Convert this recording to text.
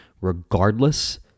regardless